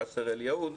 קאסר אל-יהוד.